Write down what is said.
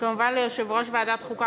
וכמובן ליושב-ראש ועדת החוקה,